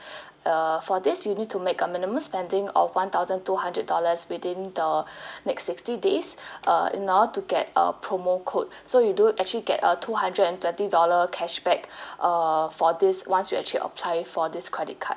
err for this you need to make a minimum spending of one thousand two hundred dollars within the next sixty days uh in order to get a promo code so you do actually get a two hundred and thirty dollar cashback err for this once you actually apply for this credit card